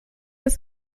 ist